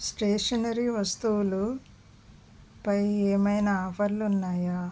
stationery వస్తువులపై ఏమైనా ఆఫర్లు ఉన్నాయా